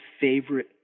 favorite